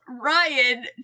Ryan